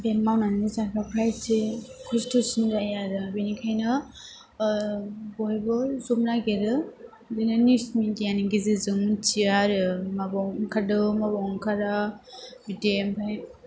बे मावनानै जाग्राफ्रा इसे खस्थ'सिन जायो आरो बेनिखाइनो बयबो जब नागिरो बिदिनो निउस मेदियानि गेजेरजों मिथियो आरो माबाव ओंखारदों माबाव ओंखारा बिदि ओमफाय